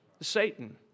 Satan